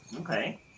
Okay